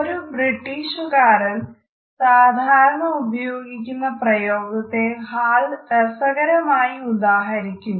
ഒരു ബ്രിട്ടീഷുകാരൻ സാധാരണ ഉപയോഗിക്കുന്ന പ്രയോഗത്തെ ഹാൾ രസകരമായി ഉദാഹരിക്കുന്നു